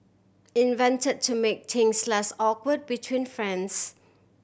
invent to make things less awkward between friends